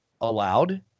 allowed